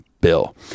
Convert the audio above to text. bill